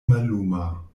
malluma